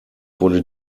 wurde